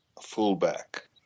fullback